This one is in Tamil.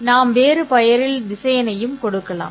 நாம் வேறு பெயரில் திசையனையும் கொடுக்கலாம்